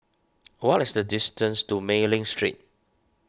what is the distance to Mei Ling Street